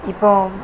இப்போது